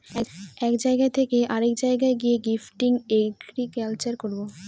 এক জায়গা থকে অরেক জায়গায় গিয়ে শিফটিং এগ্রিকালচার করবো